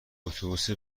اتوبوس